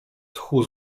tchu